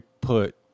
put